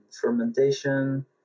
fermentation